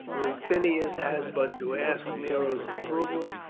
rufinus has but to ask nero's approval,